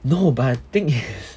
no but the thing is